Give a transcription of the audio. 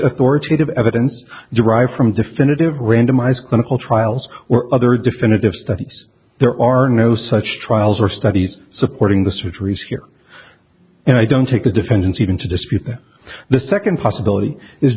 authoritative evidence derived from definitive randomized clinical trials or other definitive studies there are no such trials or studies supporting the surgeries here and i don't take the defendants even to dispute the second possibility is